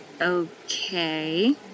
Okay